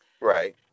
Right